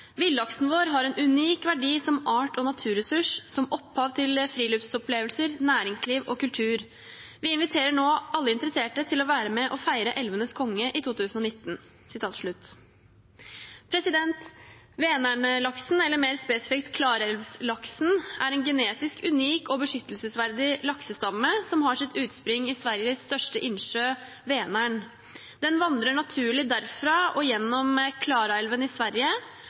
vår har en unik verdi som art og naturressurs, som opphav til friluftsopplevelser, næringsliv og kultur. Vi inviterer nå alle interesserte til å være med å feire elvenes konge i 2019.» Vänern-laksen, eller mer spesifikt «klarälvslaksen», er en genetisk unik og beskyttelsesverdig laksestamme som har sitt utspring i Sveriges største innsjø, Vänern. Den vandrer naturlig derfra og gjennom Klarälven i Sverige,